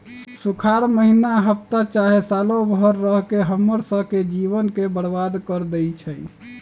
सुखार माहिन्ना हफ्ता चाहे सालों भर रहके हम्मर स के जीवन के बर्बाद कर देई छई